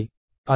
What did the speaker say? అది సరైనదా